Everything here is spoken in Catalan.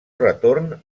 retorn